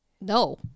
No